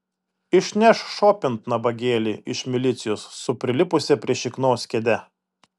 išneš šopint nabagėlį iš milicijos su prilipusia prie šiknos kėde